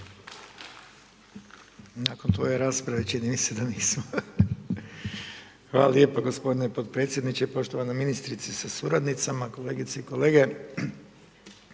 Nakon tvoje rasprave čini mi se da nismo. Hvala lijepo gospodine podpredsjedniče, poštovana ministrice sa suradnicama, kolegice i kolege.